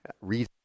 read